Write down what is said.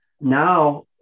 Now